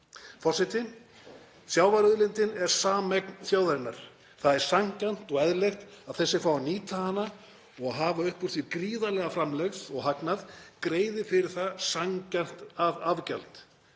Forseti. Sjávarauðlindin er sameign þjóðarinnar. Það er sanngjarnt og eðlilegt að þeir sem fá að nýta hana og hafa upp úr því gríðarlega framlegð og hagnað greiði fyrir það sanngjarnt afgjald.